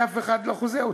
אף אחד לא חוזה אותה.